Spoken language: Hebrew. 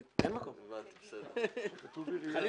נרכז את הדעות השונות ובסופו של דבר אני אומר לכל הפורום